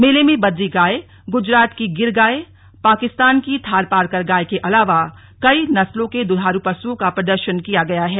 मेले में बद्री गाय गुजरात की गिर गाय पाकिस्तान की थारपारकर गाय के अलावा कई नस्लों के दुधारू पशुओं का प्रदर्शन किया गया है